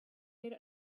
made